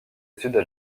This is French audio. études